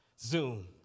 Zoom